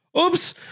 oops